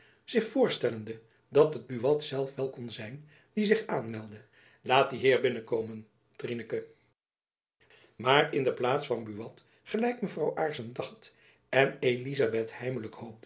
zich voorstellende dat het buat zelf wel kon zijn die zich aanmeldde laat die heer binnenkomen trieneken maar in de plaats van buat gelijk mevrouw jacob van lennep elizabeth musch aarssen dacht en elizabeth